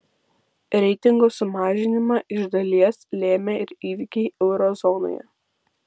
reitingo sumažinimą iš dalies lėmė ir įvykiai euro zonoje